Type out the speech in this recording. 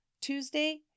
tuesday